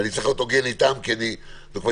ואני צריך להיות הוגן איתם כי זו כבר